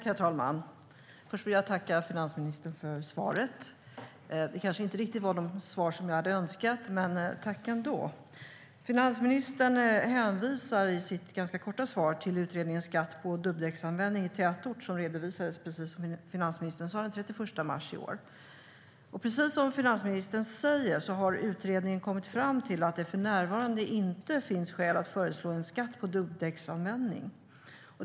Herr talman! Jag vill tacka finansministern för svaret. Det kanske inte gav de svar jag hade önskat, men jag tackar ändå. Finansministern hänvisar i sitt ganska korta svar till utredningen Skatt på dubbdäcksanvändning i tätort? som alltså redovisades den 31 mars i år. Precis som finansministern säger har utredningen kommit fram till att det för närvarande inte finns skäl att föreslå en skatt på dubbdäcksanvändning.